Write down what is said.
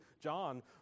John